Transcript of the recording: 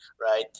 right